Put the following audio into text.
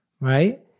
right